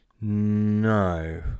no